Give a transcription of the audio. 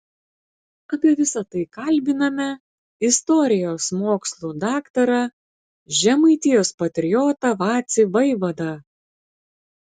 apie visa tai kalbiname istorijos mokslų daktarą žemaitijos patriotą vacį vaivadą